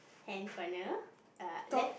hand corner err left